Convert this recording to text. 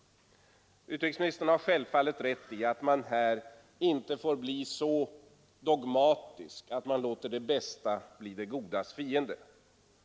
Utrikesministern har självfallet rätt i att man inte får bli så dogmatisk att man låter det bästa bli det godas fiende.